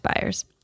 buyers